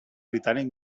britànic